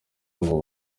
ngo